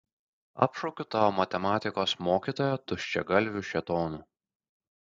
apšaukiu tavo matematikos mokytoją tuščiagalviu šėtonu